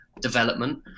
development